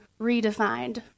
redefined